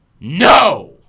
no